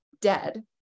dead